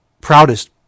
proudest